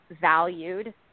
valued